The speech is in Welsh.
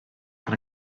pan